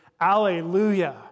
Alleluia